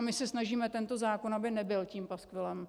My se snažíme, aby tento zákon nebyl tím paskvilem.